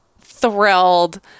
thrilled